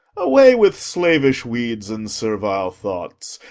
away with slavish weeds and servile thoughts!